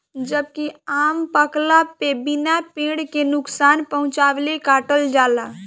जबकि आम पकला पे बिना पेड़ के नुकसान पहुंचवले काटल जाला